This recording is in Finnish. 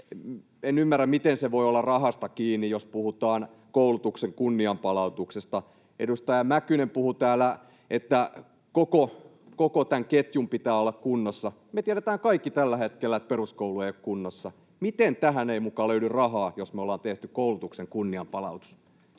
En ymmärrä, miten se voi olla rahasta kiinni, jos puhutaan koulutuksen kunnianpalautuksesta. Edustaja Mäkynen puhui täällä, että koko tämän ketjun pitää olla kunnossa. Me tiedetään kaikki tällä hetkellä, että peruskoulu ei ole kunnossa. Miten tähän ei muka löydy rahaa, jos me ollaan tehty koulutuksen kunnianpalautus?